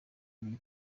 muri